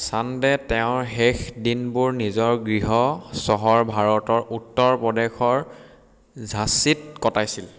চান্দে তেওঁৰ শেষ দিনবোৰ নিজৰ গৃহ চহৰ ভাৰতৰ উত্তৰ প্ৰদেশৰ ঝাঁছিত কটাইছিল